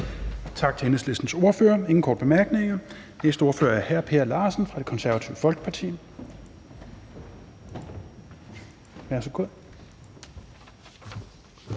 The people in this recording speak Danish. Tak til Enhedslistens ordfører. Der er ingen korte bemærkninger. Den næste ordfører er hr. Per Larsen fra Det Konservative Folkeparti. Værsgo.